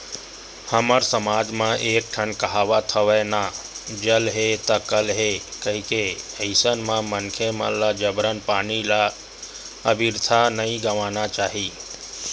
हमर समाज म एक ठन कहावत हवय ना जल हे ता कल हे कहिके अइसन म मनखे मन ल जबरन पानी ल अबिरथा नइ गवाना चाही